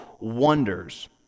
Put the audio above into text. wonders